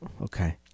Okay